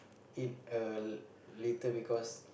eat a little because